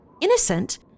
innocent